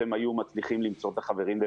שהם היו מצליחים למצוא את החברים,